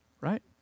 right